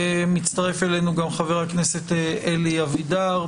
מצטרף אלינו גם חבר הכנסת אלי אבידר.